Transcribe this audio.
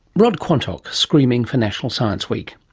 rod quantock, screaming for national science week.